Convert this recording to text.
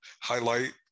highlight